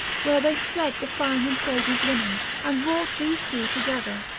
where they spread the fine and fragrant linen and brought these two together.